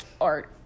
art